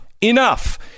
enough